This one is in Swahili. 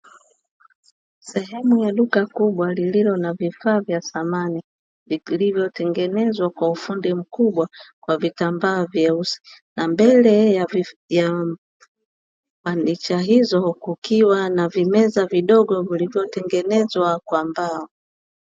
Sehemu ya duka kubwa lililo na vifaa vya samani, vilivyotengenezwa kwa ufundi mkubwa kwa vitambaa vyeusi, na mbele ya fanicha hizo kukiwa na vimeza vidogo vilivyotengenezwa kwa mbao.